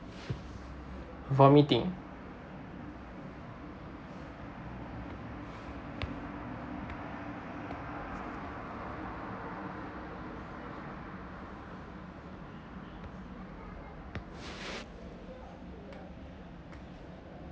vomiting